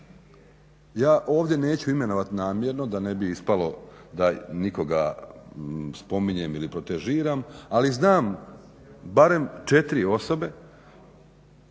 Ja ovdje neću imenovati namjerno da ne bi ispalo da nekoga spominjem ili protežiram, ali znam barem 4 osobe